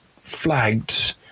flagged